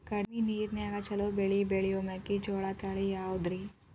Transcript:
ಕಡಮಿ ನೇರಿನ್ಯಾಗಾ ಛಲೋ ಬೆಳಿ ಬೆಳಿಯೋ ಮೆಕ್ಕಿಜೋಳ ತಳಿ ಯಾವುದ್ರೇ?